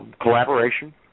collaboration